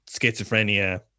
schizophrenia